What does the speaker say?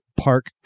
Park